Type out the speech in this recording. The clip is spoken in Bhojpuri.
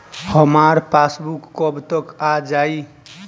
हमार पासबूक कब तक आ जाई?